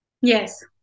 yes